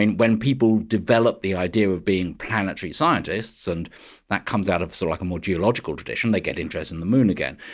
when people developed the idea of being planetary scientists, and that comes out of so like a more geological tradition, they get interested in the moon again.